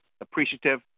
appreciative